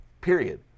period